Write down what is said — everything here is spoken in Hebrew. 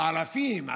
האלפים,